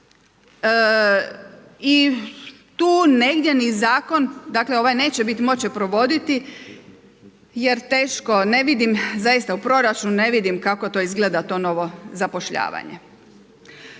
i tu negdje ni zakon dakle ovaj neće moći provoditi jer teško. Ne vidim zaista u proračunu ne vidim kako to izgleda to novo zapošljavanje.